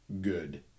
good